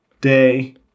day